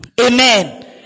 Amen